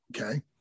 Okay